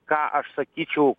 ką aš sakyčiau